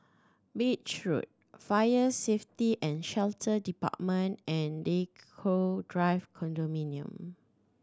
Beach Road Fire Safety And Shelter Department and Draycott Drive Condominium